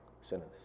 sinners